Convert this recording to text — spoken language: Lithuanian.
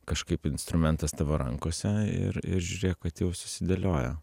kažkaip instrumentas tavo rankose ir ir žiūrėk kad jau susidėliojo